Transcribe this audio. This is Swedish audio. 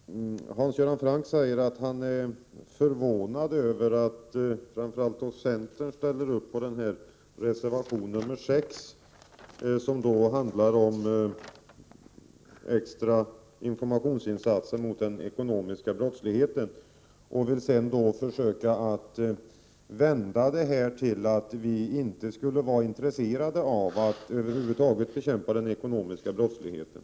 Herr talman! Hans Göran Franck säger att han är förvånad över att framför allt centern ställer sig bakom reservation 6, som handlar om extra informationsinsatser när det gäller den ekonomiska brottsligheten. Han försöker vända det hela till att vi inte skulle vara intresserade över huvud taget av bekämpning av den ekonomiska brottsligheten.